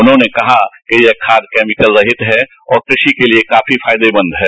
उन्होंने कहा कि यह खाद कोमिकल रहित है और कृषि के लिए काफी फायदेमंद है